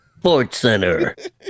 SportsCenter